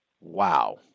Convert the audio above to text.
Wow